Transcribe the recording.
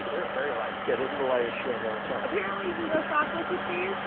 they're very light. yeah, this is the lightest shoe i've ever felt. apparently, you can go sock less with these,